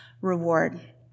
reward